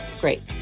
great